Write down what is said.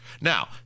Now